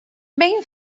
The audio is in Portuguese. bem